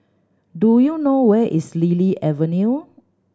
do you know where is Lily Avenue